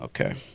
Okay